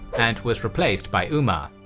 and was replaced by umar.